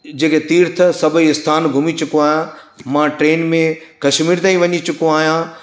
जेके तीर्थ सभई स्थान घुमी चुको आहियां मां ट्रेन में कश्मीर ताईं वञी चुको आहियां